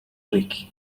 week